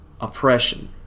oppression